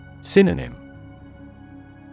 Synonym